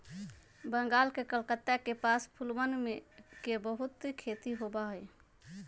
बंगाल के कलकत्ता के पास फूलवन के बहुत खेती होबा हई